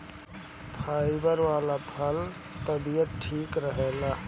fibre वाला फल तबियत ठीक रखेला